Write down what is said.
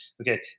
Okay